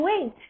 wait